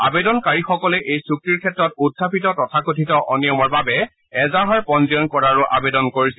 আবেদনকাৰীসকলে এই চুক্তিৰ ক্ষেত্ৰত উখাপিত তথাকথিত অনিয়মৰ বাবে এজাহাৰ পঞ্জীয়ন কৰাৰো আবেদন কৰিছিল